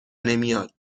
نمیاد